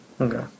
Okay